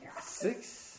Six